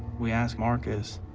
we asked marcus,